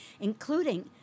including